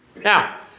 Now